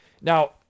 Now